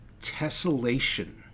tessellation